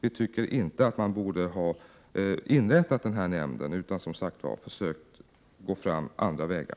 Vi tycker inte att denna nämnd skulle ha inrättats utan att man, som sagt, skulle ha gått fram på andra vägar.